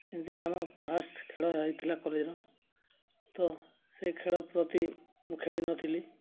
ଏମିତିକା ଆମ ଫାଷ୍ଟ୍ ଖେଳ ହୋଇଥିଲା କଲେଜ୍ର ତ ସେ ଖେଳ ପ୍ରତି ମୁଁ ଖେଳିନଥିଲି